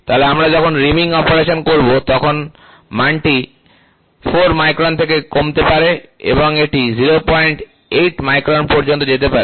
তাহলে আমরা যখন রিমিং অপারেশন করব তখন মানটি 4 মাইক্রন থেকে কমতে পারে এবং এটি 08 মাইক্রন পর্যন্ত যেতে পারে